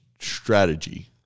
strategy